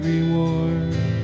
reward